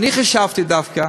אני חשבתי דווקא